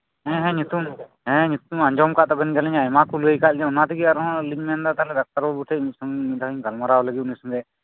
ᱦᱮᱸ ᱦᱮᱸ ᱧᱩᱛᱩᱢ ᱧᱩᱛᱩᱢ ᱟᱸᱡᱚᱢ ᱟᱠᱟᱫ ᱛᱟᱵᱮᱱ ᱜᱟᱭᱟᱞᱤᱧ ᱟᱭᱢᱟ ᱠᱚ ᱞᱟᱹᱭ ᱟᱠᱟᱫ ᱞᱤᱧᱟ ᱚᱱᱟᱛᱮ ᱟᱨᱦᱚᱸ ᱞᱤᱧ ᱢᱮᱱ ᱮᱫᱟ ᱰᱟᱠᱛᱟᱨ ᱵᱟᱹᱵᱩ ᱥᱟᱣᱛᱮᱫ ᱢᱤᱫ ᱫᱚᱢ ᱜᱟᱞᱢᱟᱨᱟᱣ ᱞᱮᱜᱤᱧ ᱩᱱᱤ ᱥᱚᱸᱜᱮ